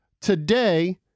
Today